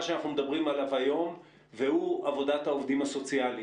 שאנחנו מדברים עליו היום והוא עבודת העובדים הסוציאליים.